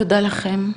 תודה לכם.